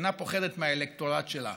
אינה פוחדת מהאלקטורט שלה.